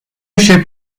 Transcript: ship